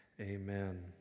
Amen